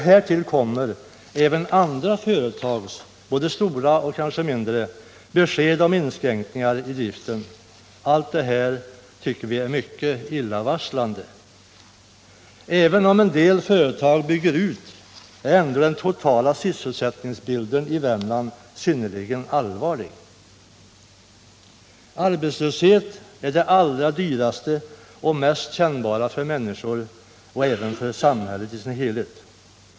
Därtill kommer även andra företags besked om både stora och kanske mindre inskränkningar i driften. Allt detta tycker vi är mycket illavarslande. Även om en del företag bygger ut, är den totala sysselsättningsbilden i Värmland synnerligen allvarlig. Arbetslöshet är det allra dyraste och mest kännbara för människor och för samhället i dess helhet.